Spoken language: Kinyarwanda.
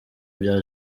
bya